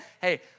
hey